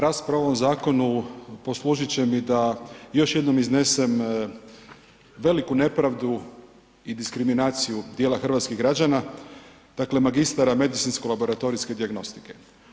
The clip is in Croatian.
Rasprava o ovom zakonu poslužit će mi da još jednom iznesem veliku nepravdu i diskriminaciju dijela hrvatskih građana dakle magistara medicinsko-laboratorijske dijagnostike.